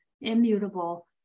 immutable